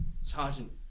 Sergeant